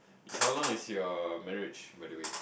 how long is your marriage by the way